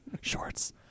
Shorts